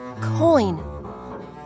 coin